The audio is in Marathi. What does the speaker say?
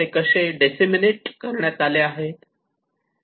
ते कसे दिससेमिनात करण्यात आले आहे